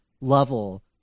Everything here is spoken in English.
level